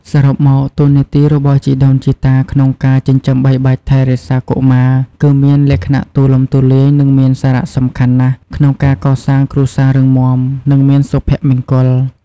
សរុបមក តួនាទីរបស់ជីដូនជីតាក្នុងការចិញ្ចឹមបីបាច់ថែរក្សាកុមារគឺមានលក្ខណៈទូលំទូលាយ និងមានសារៈសំខាន់ណាស់ក្នុងការកសាងគ្រួសាររឹងមាំ និងមានសុភមង្គល។